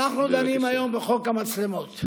אנחנו דנים היום בחוק המצלמות.